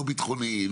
לא ביטחוני,